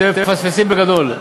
אתם מפספסים בגדול.